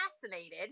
fascinated